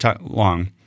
long